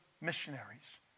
missionaries